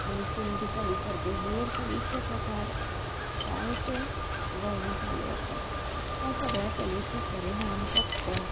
आनी कुणबी साडी सारके हेर कलेचे प्रकार जायते गोंयान चालू आसा ह्या सगळ्या कलेचे परिणाम फक्त